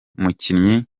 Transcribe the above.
mukinnyi